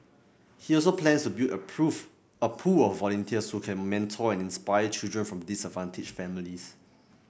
he also plans to build a a pool of volunteers who can mentor and inspire children from disadvantaged families